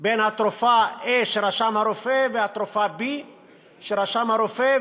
בין התרופה A שרשם הרופא והתרופה B שרשם הרופא.